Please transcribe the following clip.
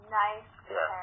nice